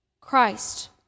Christ